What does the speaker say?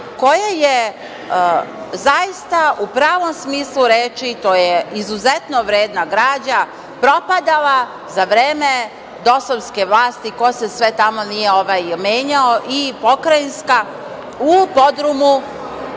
koja je zaista u pravom smislu reči, to je izuzetno vredna građa, propadala za vreme dosovske vlasti, ko se svi nije tamo menjao i pokrajinska u podrumu